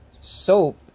soap